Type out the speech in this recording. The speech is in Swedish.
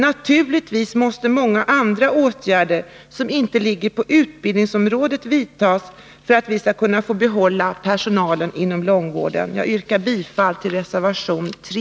Naturligtvis måste många andra åtgärder, som inte ligger på utbildningsområdet, vidtas för att vi skall kunna få behålla personalen inom långvården. Jag yrkar bifall till reservation 3.